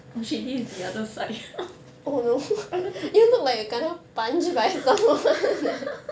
oh shit this is the other side